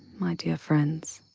my dear friends.